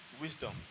wisdom